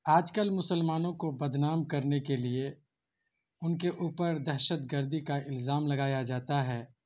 آج کل مسلمانوں کو بدنام کرنے کے لیے ان کے اوپر دہشت گردی کا الزام لگایا جاتا ہے